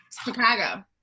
Chicago